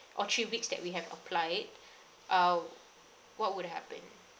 or three weeks that we have applied um what would happen